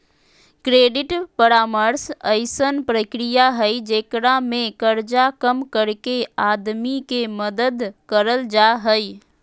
credit परामर्श अइसन प्रक्रिया हइ जेकरा में कर्जा कम करके आदमी के मदद करल जा हइ